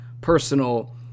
personal